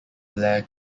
blair